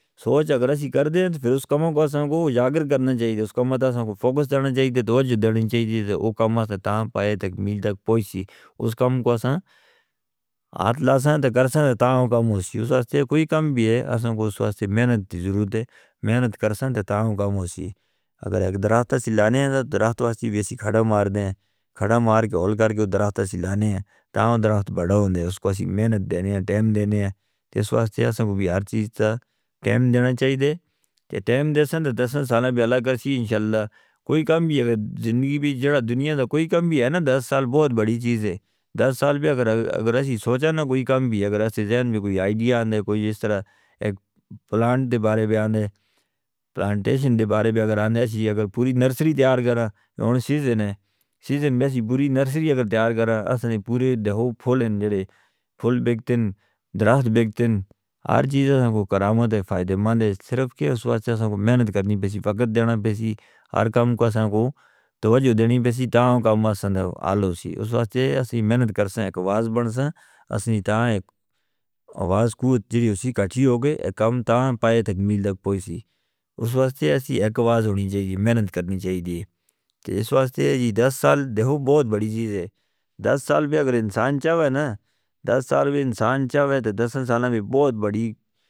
سوچ اگر ہم کرتے ہیں تو پھر اس کاموں کو ہمیں یاد کرنا چاہئے اس کا مطلب ہے ہمیں فوکس رہنا چاہئے۔ دو جڑ دینا چاہئے کہ اس کاموں سے ہم پائید تکمیل تک پہنچیں۔ اس کاموں سے ہم ہاتھ لائیں تو کریں تو اس کاموں سے ہم پائید تکمیل تک پہنچیں۔ اس لئے کوئی کام بھی ہے ہم کو اس وقت محنت کی ضرورت ہے۔ محنت کریں تو اس کاموں سے ہم پائید تکمیل تک پہنچیں۔ اگر ایک درخت سے سلانیاں ہیں، درخت واسی بیشی کھڑا مار دیں، کھڑا مار کے اور کر کے وہ درخت سے سلانیاں ہیں تاکہ درخت بڑھا ہوں گے۔ اس کو ہم کو محنت دینے ہیں، ٹائم دینے ہیں۔ اس وقت ہم کو بھی ہر چیز کا ٹائم دینا چاہئے۔ ٹائم دینے سے دسنا سارا بھی اللہ کرے انشاءاللہ۔ کوئی کام بھی زندگی بھی دنیا میں کوئی کام بھی ہے نا، دس سال بہت بڑی چیز ہے۔ دس سال بھی اگر ہم سوچیں، کوئی کام بھی اگر ہمارے ذہن میں کوئی آئیڈیا آندے، کوئی اس طرح پلانٹ کے بارے میں آندے، پلانٹیشن کے بارے میں آندے، اگر ہم پوری نرسری تیار کریں اس سیزن میں، ہم پوری نرسری تیار کریں۔ اس نے پوری پھولیں جو پھول بیکتے ہیں، درخت بیکتے ہیں، ہر چیز ہمیں کرامت ہے، فائدہ مند ہے۔ صرف اس وقت ہمیں محنت کرنی بھیسی، وقت دینا بھیسی، ہر کام کو ہمیں توجہ دینی بھیسی تاکہ کام آسان ہو۔ اس وقت ہمیں محنت کرسن، ایک آواز بنسن اسنی تاکہ آواز کو جو ہم کھٹی ہو گئے کام تاں پائے تکمیل تک پہنچی۔ اس وقت ہمیں ایک آواز ہونی چاہیے، محنت کرنی چاہیے۔ دس سال بہت بڑی چیز ہے۔ دس سال بھی اگر انسان چاہے، دس سال بھی انسان چاہے، دس انسانہ بھی بہت بڑی۔